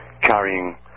carrying